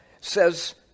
says